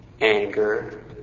anger